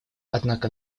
однако